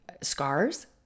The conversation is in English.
scars